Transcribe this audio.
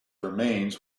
remains